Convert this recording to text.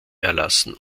erlassen